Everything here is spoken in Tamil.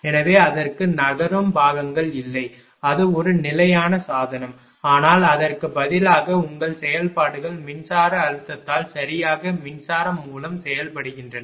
எனவே அதற்கு நகரும் பாகங்கள் இல்லை அது ஒரு நிலையான சாதனம் ஆனால் அதற்கு பதிலாக உங்கள் செயல்பாடுகள் மின்சார அழுத்தத்தால் சரியாக மின்சாரம் மூலம் செயல்படுகின்றன